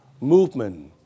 movement